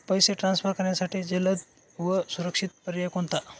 पैसे ट्रान्सफर करण्यासाठी जलद व सुरक्षित पर्याय कोणता?